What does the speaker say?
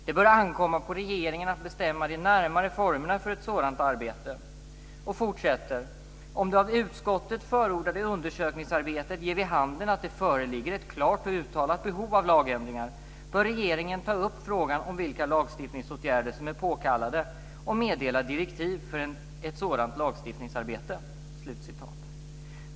Det bör ankomma på regeringen att bestämma de närmare formerna för ett sådant arbete." Och utskottet fortsätter: "Om det av utskottet förordade undersökningsarbetet ger vid handen att det föreligger ett klart och uttalat behov av lagändringar bör regeringen ta upp frågan om vilka lagstiftningsåtgärder som är påkallade och meddela direktiv för ett sådant lagstiftningsarbete."